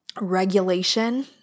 regulation